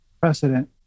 precedent